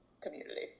community